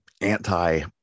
anti